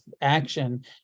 action